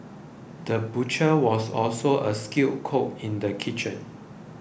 the butcher was also a skilled cook in the kitchen